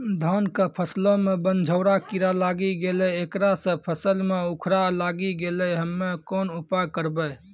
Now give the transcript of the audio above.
धान के फसलो मे बनझोरा कीड़ा लागी गैलै ऐकरा से फसल मे उखरा लागी गैलै हम्मे कोन उपाय करबै?